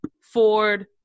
Ford